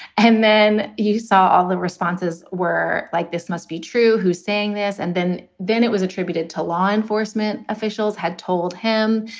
and then you saw all the responses were like, this must be true. who's saying this? and then then it was attributed to law enforcement officials had told him.